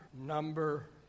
number